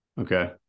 okay